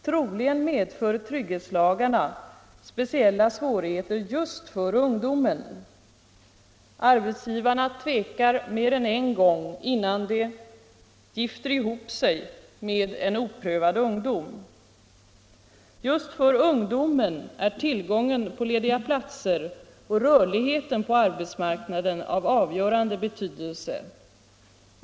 Troligen medför trygghetslagarna speciella svårigheter just för ungdomen: arbetsgivarna tvekar mer än en gång innan de ”gifter ihop sig” med en oprövad ungdom. Just för ungdomen är tillgången på lediga platser och rörligheten på arbetsmarknaden av avgörande betydelse.